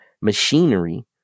machinery